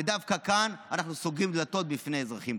ודווקא כאן אנחנו סוגרים דלתות בפני אזרחים.